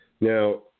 Now